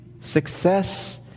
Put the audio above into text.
Success